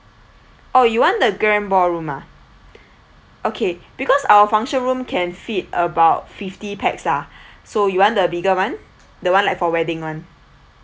oh you want the grand ball room ah okay because our function room can fit about fifty pax lah so you want the bigger one the one like for wedding one